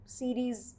series